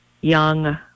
young